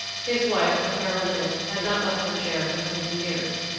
his wife, a paralytic, had not left her chair for twenty years.